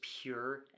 pure